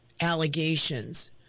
allegations